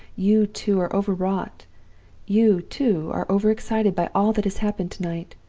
you, too, are overwrought you, too, are overexcited by all that has happened to-night.